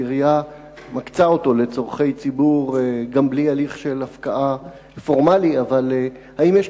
העירייה מקצה אותו לצורכי ציבור גם בלי הליך פורמלי של הפקעה.